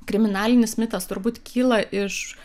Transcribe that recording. kriminalinis mitas turbūt kyla iš